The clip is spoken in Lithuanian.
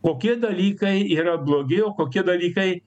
kokie dalykai yra blogi o kokie dalykai